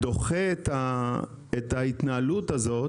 אני דוחה את ההתנהלות הזאת,